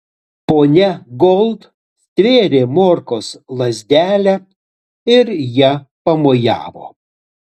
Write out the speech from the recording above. ponia gold stvėrė morkos lazdelę ir ja pamojavo